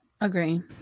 agree